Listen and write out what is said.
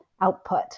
output